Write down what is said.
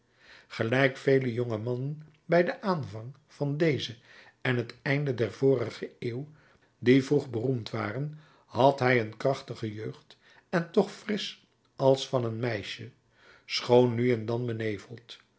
gelijk vele jonge mannen bij den aanvang van deze en het einde der vorige eeuw die vroeg beroemd waren had hij een krachtige jeugd en toch frisch als van een meisje schoon nu en dan beneveld